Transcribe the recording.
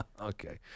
Okay